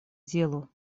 делу